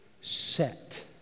set